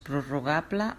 prorrogable